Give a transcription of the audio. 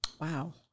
Wow